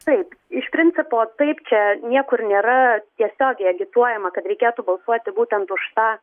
taip iš principo taip čia niekur nėra tiesiogiai agituojama kad reikėtų balsuoti būtent už tą